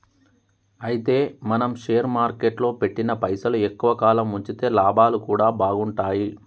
అయితే మనం షేర్ మార్కెట్లో పెట్టిన పైసలు ఎక్కువ కాలం ఉంచితే లాభాలు కూడా బాగుంటాయి